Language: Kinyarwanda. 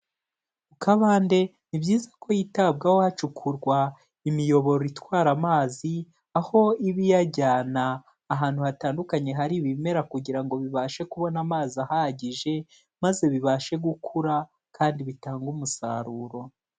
Mu kabande ni byiza ko hitabwaho hacukurwa imiyoboro itwara amazi, aho iba iyajyana ahantu hatandukanye hari ibimera kugira ngo bibashe kubona amazi ahagije, maze bibashe gukura kandi bitange umusaruro.